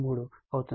333 అవుతుంది